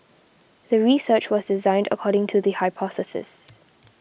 the research was designed according to the hypothesis